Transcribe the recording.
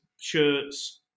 shirts